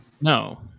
No